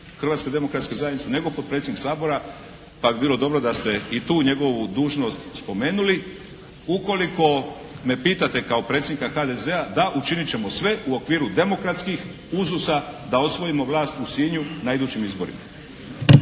Hrvatskoj demokratskoj zajednici, nego potpredsjednik Sabora, pa bi bilo dobro da ste i tu njegovu dužnost spomenuli. Ukoliko me pitate kao predsjednika HDZ-a, da učinit ćemo sve u okviru demokratskih uzusa da osvojimo vlast u Sinju na idućim izborima.